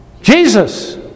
Jesus